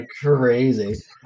Crazy